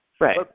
right